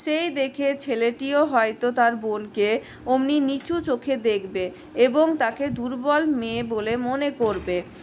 সেই দেখে ছেলেটিও হয়তো তার বোনকে ওমনি নিচু চোখে দেখবে এবং তাকে দুর্বল মেয়ে বলে মনে করবে